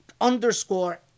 Underscore